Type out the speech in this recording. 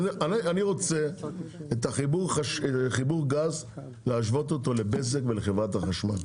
אני רוצה להשוות את חיבור הגז לבזק ולחברת החשמל,